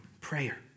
Prayer